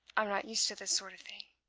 i'm not used to this sort of thing.